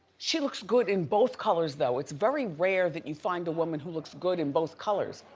she looks good in both colors though. it's very rare that you find a woman who looks good in both colors,